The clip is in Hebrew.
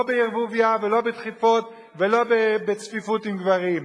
לא בערבוביה ולא בדחיפות ולא בצפיפות עם גברים,